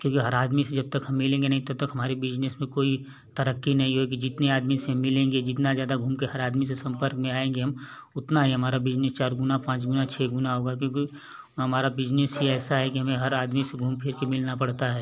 क्योंकि हर आदमी से जब तक हम मिलेंगे नहीं तब तक हमारे बिज़नेस में कोई तरक्की नहीं होएगी जितने आदमी से मिलेंगे जितना ज़्यादा घूम कर हर आदमी से सम्पर्क में आएंगे हम उतना ही हमारा बिज़नेस चार गुना पाँच गुना छः गुना होगा क्योंकि हमारा बिज़नेस ही ऐसा है कि हमें हर आदमी से घूम फिर कर मिलना पड़ता है